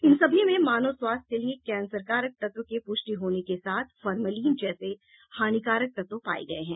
इन सभी में मानव स्वास्थ्य के लिए कैंसरकारक तत्व के पूष्टि होने के साथ फार्मिलीन जैसे हानिकारक तत्व पाये गये है